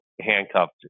handcuffed